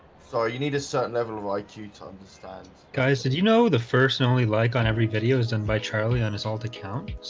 sorry, you need a certain level right you to understand guys did you know the first and only like on every video is done by charlie on his alt account?